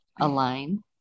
align